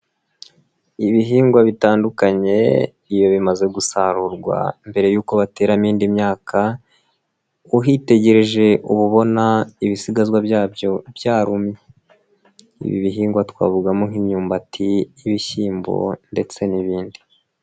Ibihingwa bitandukanye iyo bimaze gusarurwa mbere y'uko bateramo indi myaka uhitegereje uba ubona ibisigazwa byabyo byarumye. Ibi bihingwa twavugamo nk'imyumbati, ibishyimbo ndetse n'ibindi.